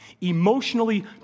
emotionally